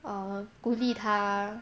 err 鼓励她